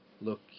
look